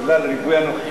בגלל ריבוי הנוכחים,